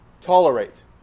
tolerate